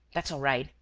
that's all right,